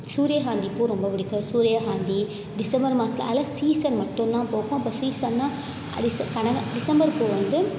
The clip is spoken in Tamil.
சூரியகாந்திப்பூ ரொம்ப பிடிக்கும் சூரியகாந்தி டிசம்பர் மாசத்தில் அதெல்லாம் சீசன் மட்டுந்தான் பூக்கும் அப்போ சீசன்னா டிச கனகா டிசம்பர் பூ வந்து